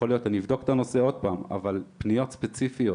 אני אבדוק את הנושא עוד פעם, אבל פניות ספציפיות